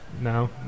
now